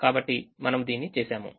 కాబట్టి మనము దీన్ని చేసాము